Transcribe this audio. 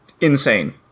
insane